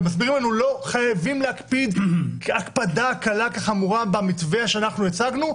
ומסבירים לנו שחייבים להקפיד קלה כחמורה במתווה שהציגו,